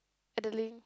Adeline